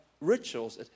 rituals